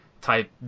type